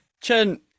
Chen